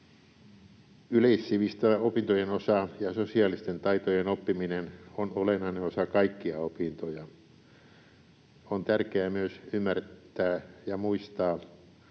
Yleissivistävä opintojen osa ja sosiaalisten taitojen oppiminen ovat olennainen osa kaikkia opintoja. On tärkeää myös ymmärtää ja muistaa,